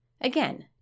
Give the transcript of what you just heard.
Again